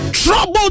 Trouble